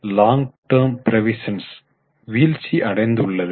long term provisions வீழ்ச்சி அடைந்துள்ளது